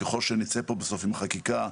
ככל שנצא פה בסוף עם חקיקה,